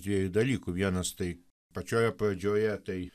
dviejų dalykų vienas tai pačioje pradžioje tai